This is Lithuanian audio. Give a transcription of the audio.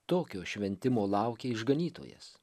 tokio šventimo laukia išganytojas